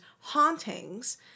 hauntings